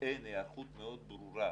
אין היערכות מאוד ברורה